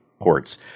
ports